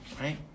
right